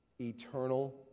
eternal